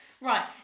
Right